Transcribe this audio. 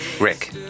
Rick